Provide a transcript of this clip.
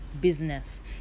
business